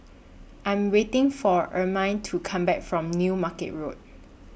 I Am waiting For Ermine to Come Back from New Market Road